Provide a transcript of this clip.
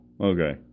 Okay